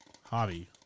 Hobby